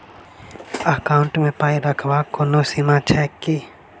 Account मे पाई रखबाक कोनो सीमा छैक की?